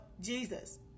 Jesus